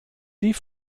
die